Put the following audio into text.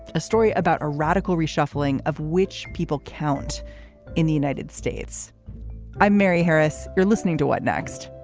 a story about a radical reshuffling of which people count in the united states i'm mary harris. you're listening to what next.